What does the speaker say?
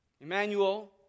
Emmanuel